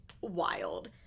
wild